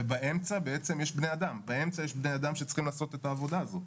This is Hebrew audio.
ובאמצע יש בני אדם שצריכים לעשות את העבודה הזו.